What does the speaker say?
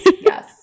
Yes